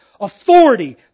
Authority